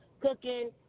cooking